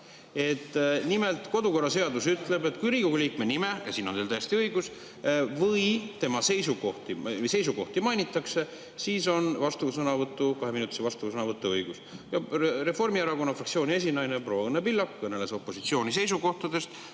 Nimelt, kodukorraseadus ütleb, et kui Riigikogu liikme nime – ja siin on teil täiesti õigus – või tema seisukohti mainitakse, siis on tal õigus kaheminutiliseks vastusõnavõtuks. Reformierakonna fraktsiooni esinaine proua Õnne Pillak kõneles opositsiooni seisukohtadest,